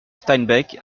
steinbeck